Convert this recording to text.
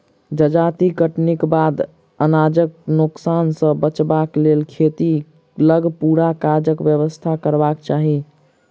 जजाति कटनीक बाद अनाजक नोकसान सॅ बचबाक लेल खेतहि लग पूरा काजक व्यवस्था करबाक चाही